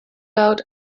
out